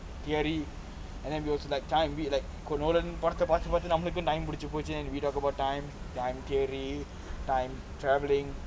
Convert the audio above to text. theory and then we also like time we'd like படத்தை பார்த்து பார்த்து:padathai paarthu paarthu we talk about time time theory time travelling